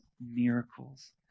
miracles